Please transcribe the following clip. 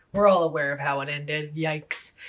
we're all aware of how it ended. yikes.